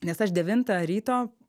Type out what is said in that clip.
nes aš devintą ryto